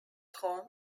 home